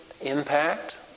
impact